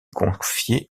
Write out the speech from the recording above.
confié